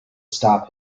stop